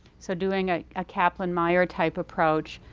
so doing a ah kaplan-meier-type approach,